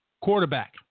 quarterback